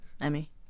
Emmy